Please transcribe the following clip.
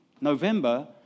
November